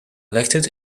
elected